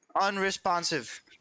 Unresponsive